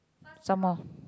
some more